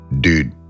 dude